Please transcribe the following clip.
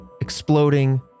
exploding